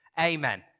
Amen